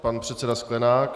Pan předseda Sklenák.